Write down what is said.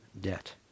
debt